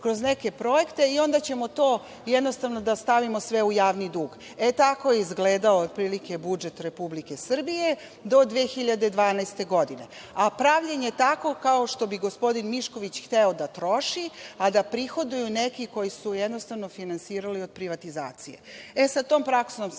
kroz neke projekte i onda ćemo to jednostavno da stavimo sve u javni dug. E tako je izgledao otprilike budžet Republike Srbije do 2012. godine. Pravljenje takvog, kao što bi gospodin Mišković hteo da troši a da prihoduju neki koji su jednostavno finansirali od privatizacije. Sa tom praksom se